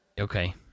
Okay